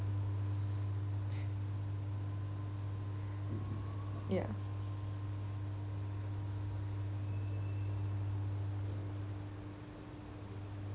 ya